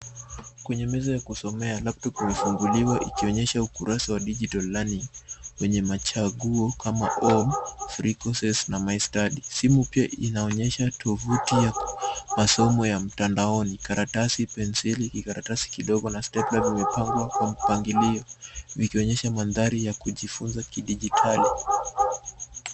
Kwenye meza ya kusomea, laptop imefunguliwa ikionyesha ukurasa wa digital learning , wenye machaguo kama home, three courses na my study . Simu pia inaonyesha tovuti ya masomo ya mtandaoni, karatasi, penseli, kikaratasi kidogo na stapler zimepangwa kwa mpangilio, vikionyesha mandhari ya kujifunza kidigitali.